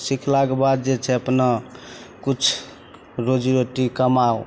सिखलाके बाद जे छै अपना किछु रोजी रोटी कमाउ